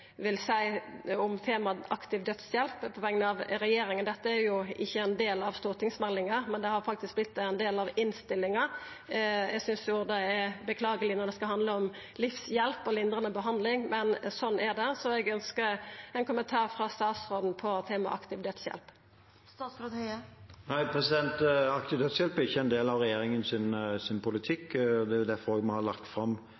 Dette er jo ikkje ein del av stortingsmeldinga, men det har faktisk vorte ein del av innstillinga. Eg synest jo det er beklageleg når det skal handla om livshjelp og lindrande behandling, men sånn er det, så eg ønskjer ein kommentar frå statsråden på temaet aktiv dødshjelp. Aktiv dødshjelp er ikke en del av regjeringens politikk, det er derfor vi har lagt fram